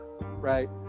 right